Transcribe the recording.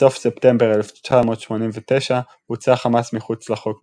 בסוף ספטמבר 1989 הוצאה חמאס מחוץ לחוק בישראל.